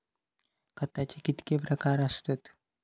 खताचे कितके प्रकार असतत?